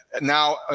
now